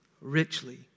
richly